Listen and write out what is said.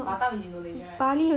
batam is indonesia right